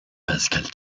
pascal